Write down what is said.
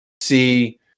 see